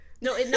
No